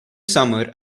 summer